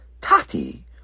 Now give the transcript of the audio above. Tati